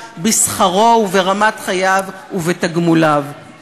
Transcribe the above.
צעד שהוא בעד האזרחים ונגד מועדון ההון שלטון שהשתלט על המדינה